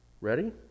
Ready